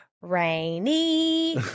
Rainy